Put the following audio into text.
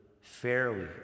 fairly